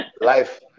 Life